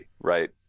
right